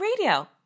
Radio